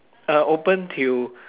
uh open till